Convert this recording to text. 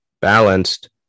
balanced